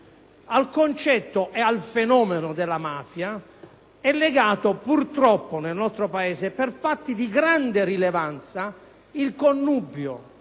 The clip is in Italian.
Al concetto e al fenomeno della mafia è legato purtroppo nel nostro Paese, e per fatti di grande rilevanza, il connubio,